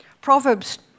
Proverbs